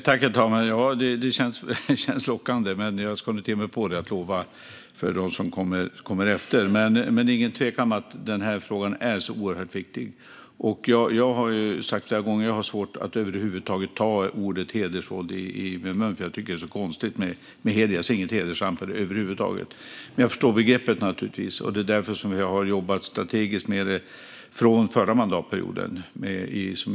Herr talman! Det känns lockande, men jag ska inte ge mig på att lova för dem som kommer efter mig. Men det är ingen tvekan om att den frågan är oerhört viktig. Jag har sagt flera gånger att jag har svårt att över huvud ta ordet hedersvåld i min mun, för jag tycker att det är så konstigt. Jag ser inget hedersamt med det över huvud taget. Men jag förstår naturligtvis begreppet. Det är därför som jag har jobbat strategiskt med detta sedan förra mandatperioden.